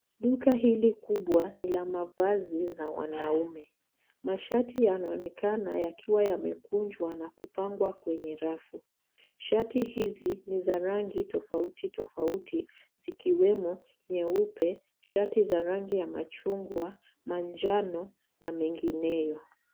Duka hili kubwa ni la mavazi za wanaume , mashati yanaonekana yakiwa yamekunjwa na kupangwa kwenye rafu, shati hizi ni za rangi tafauti tafauti zikiwemo nyeupe shati za rangi ya majungwa, majano na mengineyo